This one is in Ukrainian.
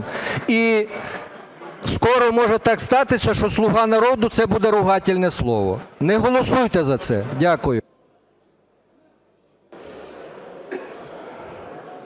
І скоро може так статися, що "Слуга народу" – це буде ругательное слово. Не голосуйте за це. Дякую.